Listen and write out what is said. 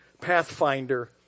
Pathfinder